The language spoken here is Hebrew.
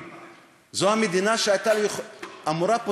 זו המדינה שהייתה אמורה,